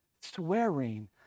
Swearing